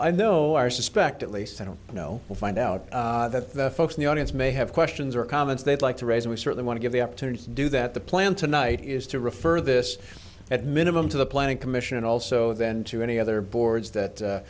i know our suspect at least i don't know will find out that the folks in the audience may have questions or comments they'd like to raise and we certainly want to give the opportunity to do that the plan tonight is to refer this at minimum to the planning commission and also then to any other boards that